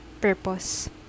purpose